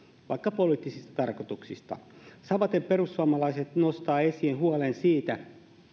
vaikka poliittisista tarkoituksista samaten perussuomalaiset nostavat esiin huolen siitä